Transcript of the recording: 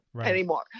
anymore